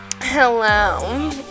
hello